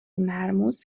مرموز